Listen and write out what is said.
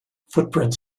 footprints